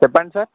చెప్పండి సర్